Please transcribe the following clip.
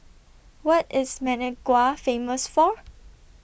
What IS Managua Famous For